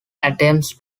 attempts